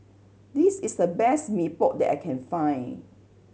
this is the best Mee Pok that I can find